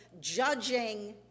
judging